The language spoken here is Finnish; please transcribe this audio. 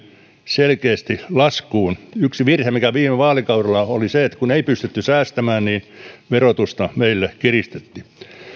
selkeästi laskuun yksi virhe mikä viime vaalikaudella tehtiin oli se että kun ei pystytty säästämään niin verotusta meillä kiristettiin